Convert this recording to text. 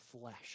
flesh